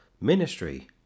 ministry